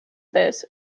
this